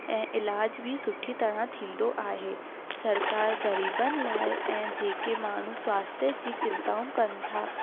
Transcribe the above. ऐं इलाज बि सुठी तरह थींदो आहे सरकार ग़रीबनि लाइ ऐं जेके माण्हू स्वास्थ्य जी चिंताऊं कनि था